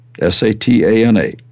S-A-T-A-N-A